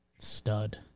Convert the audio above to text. Stud